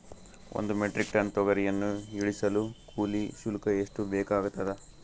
ಒಂದು metric tonne ತೊಗರಿಯನ್ನು ಇಳಿಸಲು ಕೂಲಿ ಶುಲ್ಕ ಎಷ್ಟು ಬೇಕಾಗತದಾ?